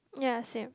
ya same